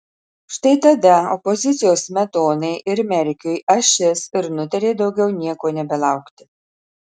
štai tada opozicijos smetonai ir merkiui ašis ir nutarė daugiau nieko nebelaukti